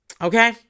okay